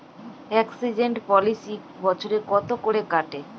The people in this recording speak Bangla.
এক্সিডেন্ট পলিসি বছরে কত করে কাটে?